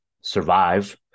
survive